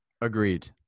Agreed